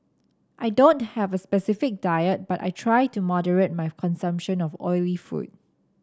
I don't have a specific diet but I try to moderate my consumption of oily food